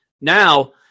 Now